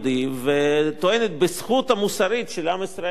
וטוענת בזכות המוסרית של עם ישראל ושל